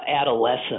adolescence